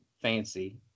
fancy